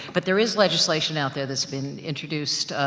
but there is legislation out there, that's been introduced, ah,